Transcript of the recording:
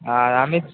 আর আমি